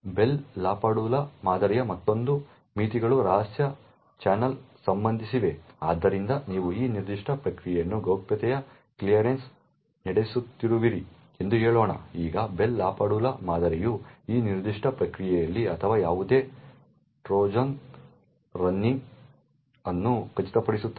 Bell LaPadula ಮಾದರಿಯ ಮತ್ತೊಂದು ಮಿತಿಗಳು ರಹಸ್ಯ ಚಾನೆಲ್ಗಳಿಗೆ ಸಂಬಂಧಿಸಿವೆ ಆದ್ದರಿಂದ ನೀವು ಈ ನಿರ್ದಿಷ್ಟ ಪ್ರಕ್ರಿಯೆಯನ್ನು ಗೌಪ್ಯತೆಯ ಕ್ಲಿಯರೆನ್ಸ್ನೊಂದಿಗೆ ನಡೆಸುತ್ತಿರುವಿರಿ ಎಂದು ಹೇಳೋಣ ಈಗ Bell LaPadula ಮಾದರಿಯು ಈ ನಿರ್ದಿಷ್ಟ ಪ್ರಕ್ರಿಯೆಯಲ್ಲಿ ಅಥವಾ ಯಾವುದೇ ಟ್ರೋಜನ್ ರನ್ನಿಂಗ್ ಅನ್ನು ಖಚಿತಪಡಿಸುತ್ತದೆ